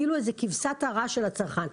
כאילו איזה כבשת הרש של הצרכן.